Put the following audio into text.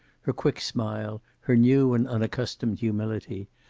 her quick smile, her new and unaccustomed humility,